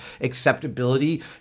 acceptability